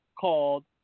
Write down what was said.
called